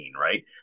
right